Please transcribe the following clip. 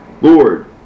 Lord